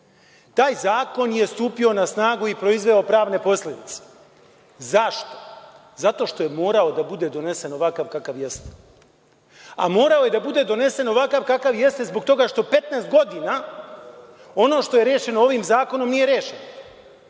Taj zakon je stupio na snagu i proizveo pravne posledice. Zašto? Zato što je morao da bude donesen ovakav kakav jeste. A morao je da bude donesen ovakav kakav jeste zbog toga što 15 godina, ono što je rešeno ovim zakonom nije